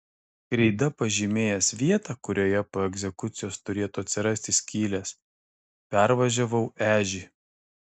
kreida pažymėjęs vietą kurioje po egzekucijos turėtų atsirasti skylės pervažiavau ežį